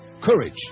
courage